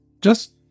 Just